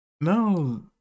No